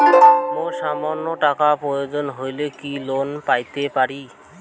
মোর সামান্য টাকার প্রয়োজন হইলে কি লোন পাইতে পারি?